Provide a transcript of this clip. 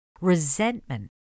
resentment